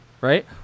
right